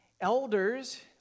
elders